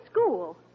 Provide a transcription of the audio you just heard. school